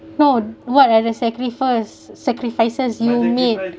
no what other sacrifice sacrifices you made